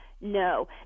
no